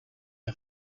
est